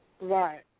Right